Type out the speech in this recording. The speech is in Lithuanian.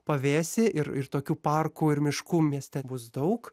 pavėsį ir ir tokių parkų ir miškų mieste bus daug